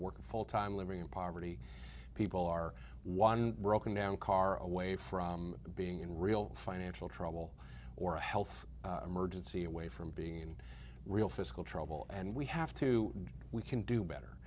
working full time living in poverty people are one broken down car away from being in real financial trouble or a health emergency away from being in real fiscal trouble and we have to we can do better